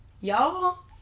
y'all